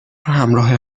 همراه